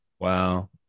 Wow